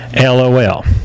LOL